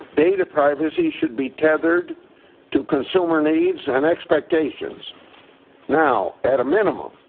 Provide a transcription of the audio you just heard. data privacy should be tethered to consumer needs and expectations now, at a minimum,